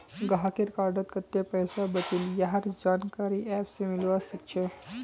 गाहकेर कार्डत कत्ते पैसा बचिल यहार जानकारी ऐप स मिलवा सखछे